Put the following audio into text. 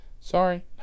Sorry